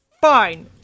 fine